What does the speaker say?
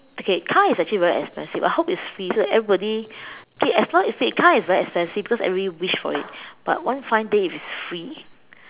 okay car is actually very expensive I hope it's free so everybody okay as what you say car is very expensive because everybody wish for it but one fine day if it's free